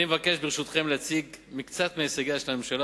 אני מבקש להציג מקצת מהישגיה של הממשלה